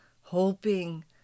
hoping